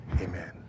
amen